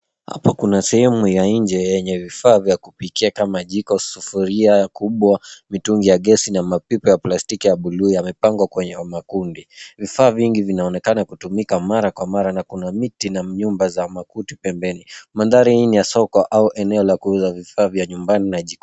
Hapa kuna sehemu ya nje yenye vifaa vya kupikia kama jiko, sufuria kubwa, mitungi ya gesi, mapipa ya plastiki ya buluu, yamepangwa kwenye makundi. Vifaa vingi vinaonekana kutumika mara kwa mara na kuna miti na nyumba za makuti pembeni. Mandhari hii ya soko au eneo la kuuza vifaa vya nyumbani au jikoni.